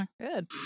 good